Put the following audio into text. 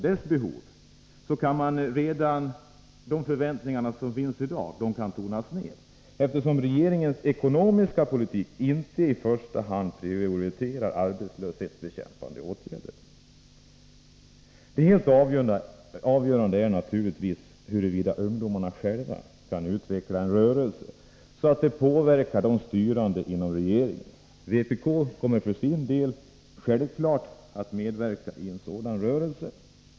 De förväntningar som finns i dag kan därför tonas ner, eftersom regeringens ekonomiska politik inte i första hand prioriterar arbetslöshetsbekämpande åtgärder. Helt avgörande är naturligtvis huruvida ungdomarna själva kan utveckla en rörelse, så att de kan påverka de styrande inom regeringen. Vpk kommer för sin del självfallet att medverka i en sådan rörelse.